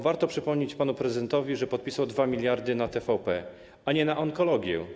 Warto przypomnieć panu prezydentowi, że podpisał 2 mld zł na TVP, a nie na onkologię.